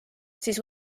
siis